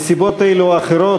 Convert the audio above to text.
מסיבות אלו או אחרות,